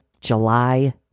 July